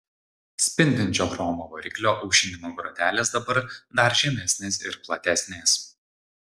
spindinčio chromo variklio aušinimo grotelės dabar dar žemesnės ir platesnės